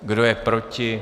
Kdo je proti?